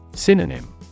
Synonym